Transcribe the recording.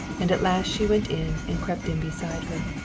and at last she went in and crept in beside her.